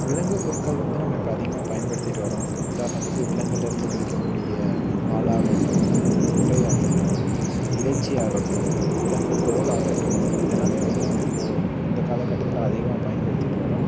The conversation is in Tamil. விலங்கு பொருட்கள் வந்து நம்ம இப்போ அதிகமாக பயப்படுத்திகிட்டு வரோம் உதாரணத்துக்கு விலங்குலேருந்து கிடைக்கக்கூடிய பால் ஆகட்டும் முட்டை ஆகட்டும் இறைச்சி ஆகட்டும் விலங்கு தோல் ஆகட்டும் இதெல்லாம் வந்து நம்ம இப்போது இந்த காலகட்டத்தில் அதிகமாக பயன்படுத்திட்டு வரோம்